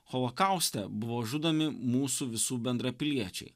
holokauste buvo žudomi mūsų visų bendrapiliečiai